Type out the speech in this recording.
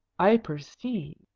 i perceive,